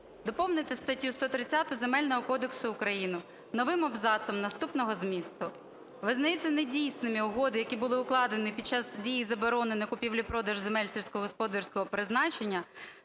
Доповнити статтю 130 Земельного кодексу України новим абзацом наступного змісту: "Визнаються недійсними угоди, які були укладені під час дії заборони на купівлю-продажу земель сільськогосподарського призначення